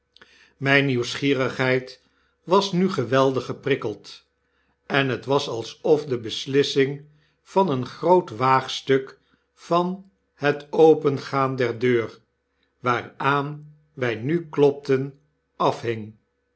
myne nieuwsgierigheid was nu geweldig geprikkeld en het was alsof de beslissing van een groot waagstuk van het opengaan der deur waaraan wy nu klopten afhing